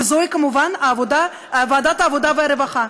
וזוהי כמובן ועדת העבודה והרווחה.